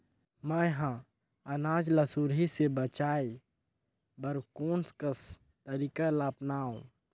मैं ह अनाज ला सुरही से बचाये बर कोन कस तरीका ला अपनाव?